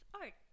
Art